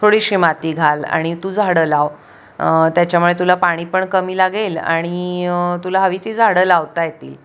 थोडीशी माती घाल आणि तू झाडं लाव त्याच्यामुळे तुला पाणी पण कमी लागेल आणि तुला हवी ती झाडं लावता येतील